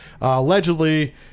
allegedly